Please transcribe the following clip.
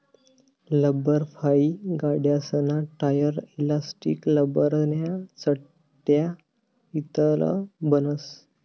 लब्बरफाइ गाड्यासना tyre, elastic, लब्बरन्या चटया इतलं बनस